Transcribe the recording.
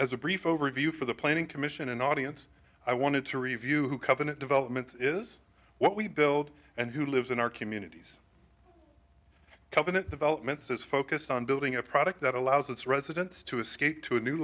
as a brief overview for the planning commission and audience i wanted to review who covenant development is what we build and who lives in our communities covenant developments is focused on building a product that allows its residents to escape to a new